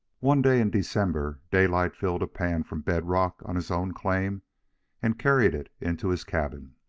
one day in december daylight filled a pan from bed rock on his own claim and carried it into his cabin.